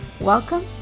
Welcome